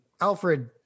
Alfred